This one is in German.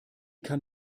kann